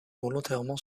volontairement